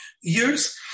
years